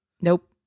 Nope